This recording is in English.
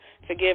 forgive